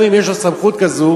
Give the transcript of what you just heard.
גם אם יש לו סמכות כזאת,